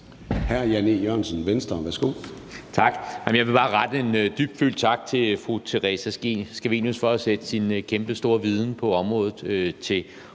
Hr. Jan E. Jørgensen, Venstre.